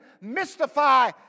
mystify